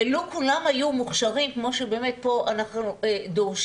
ולו כולם היו מוכשרים כמו שבאמת פה אנחנו דורשים,